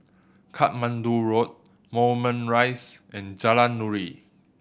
Katmandu Road Moulmein Rise and Jalan Nuri